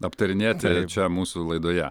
aptarinėti čia mūsų laidoje